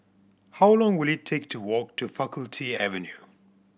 how long will it take to walk to Faculty Avenue